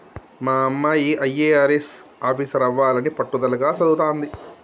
మా అమ్మాయి అయ్యారెస్ ఆఫీసరవ్వాలని పట్టుదలగా చదవతాంది